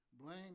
blame